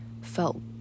felt